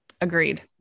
Agreed